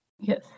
Yes